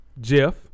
Jeff